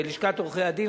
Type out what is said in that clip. לשכת עורכי-הדין,